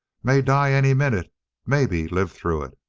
maybe die any minute maybe live through it!